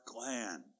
land